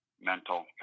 mental